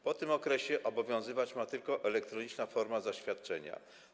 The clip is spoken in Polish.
Po tym okresie obowiązywać ma tylko elektroniczna forma zaświadczenia.